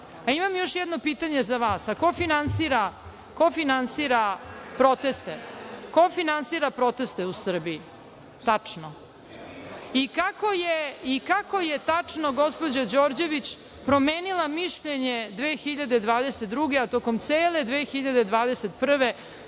Imam još jedno pitanje za vas, a ko finansira proteste, ko finansira tačno proteste u Srbiji? I kako je tačno gospođa Đorđević promenila mišljenje 2022, a tokom cele 2021.